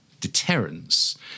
deterrence